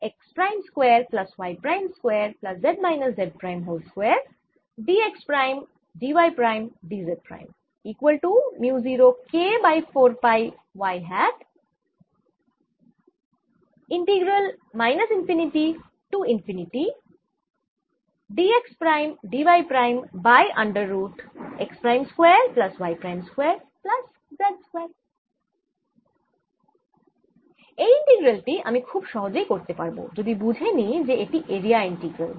এই ইন্টিগ্রাল টি আমি খুব সহজেই করতে পারব যদি বুঝে নিই যে এটি এরিয়া ইন্টিগ্রাল